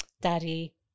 daddy